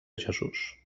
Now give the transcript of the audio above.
jesús